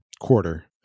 quarter